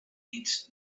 teeth